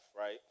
right